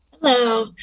Hello